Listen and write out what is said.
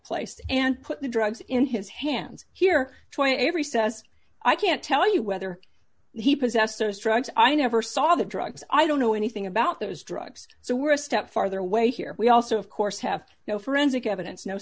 place and put the drugs in his hands here every says i can't tell you whether he possesses drugs i never saw the drugs i don't know anything about those drugs so we're a step farther away here we also of course have no forensic evidence no